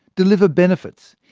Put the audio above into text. deliver benefits,